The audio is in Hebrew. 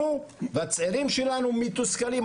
אנחנו והצעירים שלנו מאוד מתוסכלים,